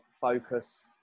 focus